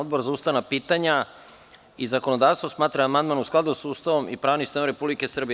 Odbor za ustavna pitanja i zakonodavstvo smatra da je amandman u skladu sa Ustavom i pravnim sistemom Republike Srbije.